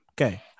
Okay